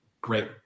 great